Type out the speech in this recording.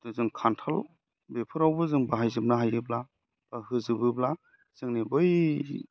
जों खान्थाल बेफोरआवबो जों बाहायजोबनो हायोब्ला बा होजोबोब्ला जोंनि बै